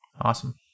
Awesome